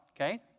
okay